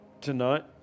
tonight